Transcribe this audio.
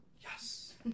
Yes